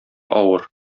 авыр